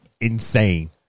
insane